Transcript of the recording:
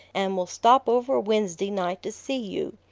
and will stop over wednesday night to see you.